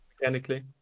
mechanically